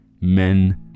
Men